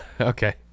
Okay